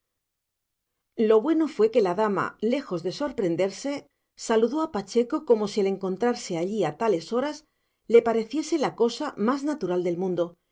lo bueno fue que la dama lejos de sorprenderse saludó a pacheco como si el encontrarle allí a tales horas le pareciese la cosa más natural del mundo